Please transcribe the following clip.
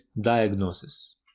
diagnosis